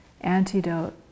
antidote